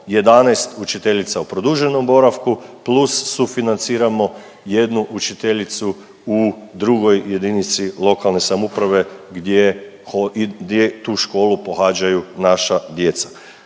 11 učiteljica u produženom boravku plus sufinanciramo jednu učiteljicu u drugoj jedinici lokalne samouprave gdje tu školu pohađaju naša djeca.